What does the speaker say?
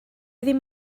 ddim